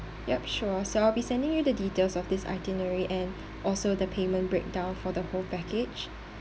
yup sure so I'll be sending you the details of this itinerary and also the payment breakdown for the whole package